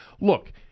Look